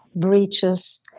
breaches,